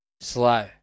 slow